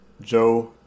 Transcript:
Joe